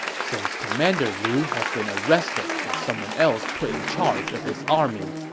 since commander lu has been arrested and someone else put in charge of his army,